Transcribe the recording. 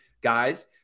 guys